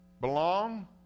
belong